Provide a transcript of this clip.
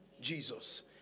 Jesus